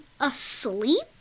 asleep